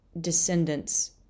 descendants